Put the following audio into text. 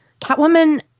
Catwoman